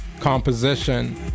composition